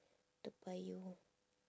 toa payoh